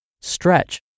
stretch